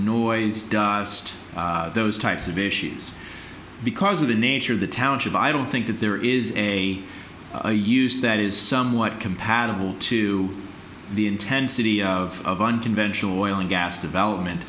noise those types of issues because of the nature of the township i don't think that there is a a use that is somewhat compatible to the intensity of unconventional oil and gas development